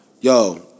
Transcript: yo